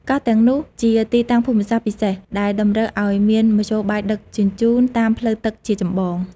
កោះទាំងនោះ ជាទីតាំងភូមិសាស្ត្រពិសេស ដែលតម្រូវឱ្យមានមធ្យោបាយដឹកជញ្ជូនតាមផ្លូវទឹកជាចម្បង។